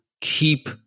keep